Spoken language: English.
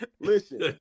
Listen